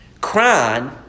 Crying